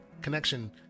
connection